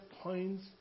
points